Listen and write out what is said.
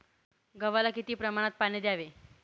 गव्हाला किती प्रमाणात पाणी द्यावे?